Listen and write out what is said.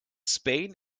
spain